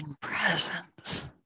presence